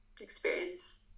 experience